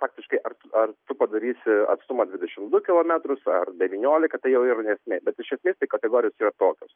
faktiškai ar ar tu padarysi atstumą dvidešim du kilometrus ar devyniolika tai jau yra ne esmė bet iš esmės tai kategorijos yra tokios